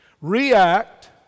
react